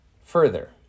further